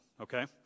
okay